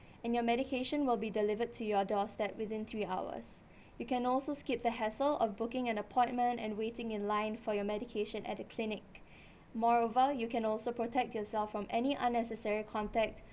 and your medication will be delivered to your doorstep within three hours you can also skip the hassle of booking an appointment and waiting in line for your medication at the clinic moreover you can also protect yourself from any unnecessary contact